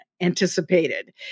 anticipated